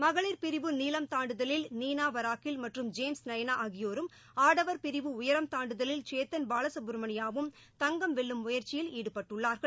மகளிர் பிரிவு நீளம் தாண்டுதலில் நீளா வராக்கில் மற்றும் ஜேம்ஸ் நயனா ஆகியோரும் ஆடவா் பிரிவு உயரம் தாண்டுதலில் சேத்தன் பாலசுப்ரமணியாவும் தங்கம் வெல்லும் முயற்சியில் ஈடுபட்டுள்ளார்கள்